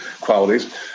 qualities